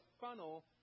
funnel